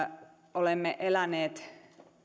olemme eläneet